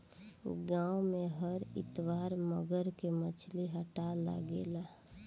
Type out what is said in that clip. गाँव में हर इतवार मंगर के मछली हट्टा लागेला